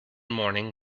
morning